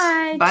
Bye